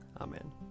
Amen